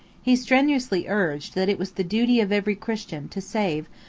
he strenuously urged, that it was the duty of every christian to save,